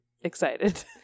excited